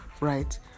right